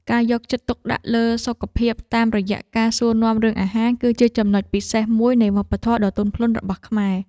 ការយកចិត្តទុកដាក់លើសុខភាពតាមរយៈការសួរនាំរឿងអាហារ គឺជាចំណុចពិសេសមួយនៃវប្បធម៌ដ៏ទន់ភ្លន់របស់ខ្មែរ។